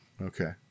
Okay